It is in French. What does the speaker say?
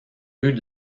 rues